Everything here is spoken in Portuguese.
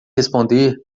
responder